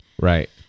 Right